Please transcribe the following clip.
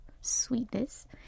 sweetness